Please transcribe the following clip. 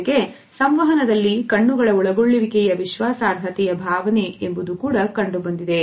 ಜೊತೆಗೆ ಸಂವಹನದಲ್ಲಿ ಕಣ್ಣುಗಳ ಒಳಗೊಳ್ಳುವಿಕೆಯ ವಿಶ್ವಾಸಾರ್ಹತೆಯ ಭಾವನೆ ಎಂಬುದು ಕಂಡುಬಂದಿದೆ